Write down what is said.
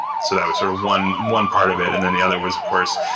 so that was sort of one one part of it, and then the other was, of course,